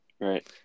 Right